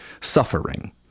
suffering